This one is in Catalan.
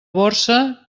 borsa